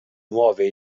nuove